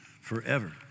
forever